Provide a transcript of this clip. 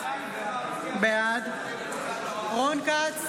בעד רון כץ,